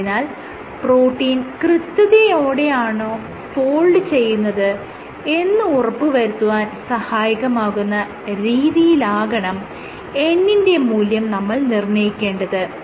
ആയതിനാൽ പ്രോട്ടീൻ കൃത്യതയോടെയാണോ ഫോൾഡ് ചെയ്യുന്നത് എന്ന് ഉറപ്പുവരുത്താൻ സഹായകമാകുന്ന രീതിയിലാകണം n ന്റെ മൂല്യം നമ്മൾ നിർണ്ണയിക്കേണ്ടത്